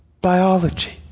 biology